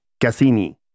Cassini